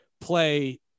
play